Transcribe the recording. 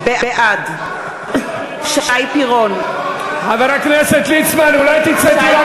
בעד חבר הכנסת ליצמן, אולי תצא, תירגע